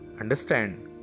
Understand